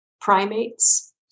primates